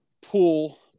pool